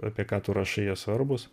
apie ką tu rašai jie svarbūs